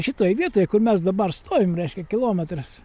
šitoj vietoj kur mes dabar stovim reiškia kilometras